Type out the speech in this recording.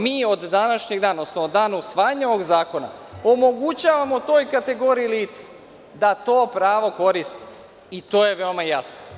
Mi od današnjeg dana, odnosno od dana usvajanja ovog zakona, omogućavamo toj kategoriji lica da to pravo koristi i to je veoma jasno.